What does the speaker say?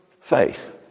faith